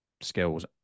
skills